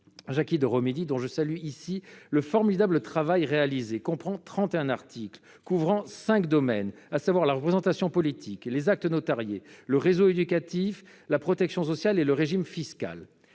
Jacky Deromedi, dont je salue ici le formidable travail, comprend 31 articles couvrant cinq domaines, à savoir la représentation politique, les actes notariés, le réseau éducatif, la protection sociale et le régime fiscal.